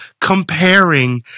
comparing